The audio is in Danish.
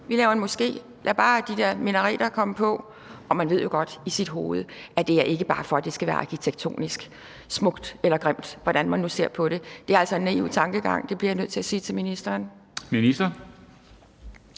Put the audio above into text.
vi laver en moské; lad bare de der minareter komme på. Og man ved jo godt i sit hoved, at det ikke bare er for, at det skal være arkitektonisk smukt eller grimt – hvordan man nu ser på det. Det er altså en naiv tankegang; det bliver jeg nødt til at sige til ministeren.